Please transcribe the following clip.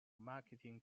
marketing